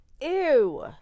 ew